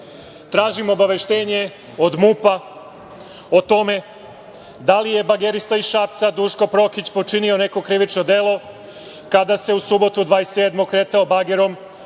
SPS.Tražim obaveštenje od MUP o tome da li je bagerista iz Šapca Duško Prokić počinio neko krivično delo kada se u subotu 27. kretao bagerom